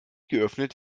geöffnet